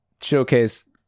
showcase